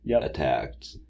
attacked